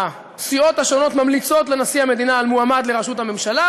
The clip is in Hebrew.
הסיעות השונות ממליצות לנשיא המדינה על מועמד לראשות הממשלה,